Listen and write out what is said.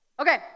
Okay